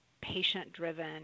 patient-driven